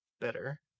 better